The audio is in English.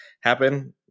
happen